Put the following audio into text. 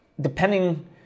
depending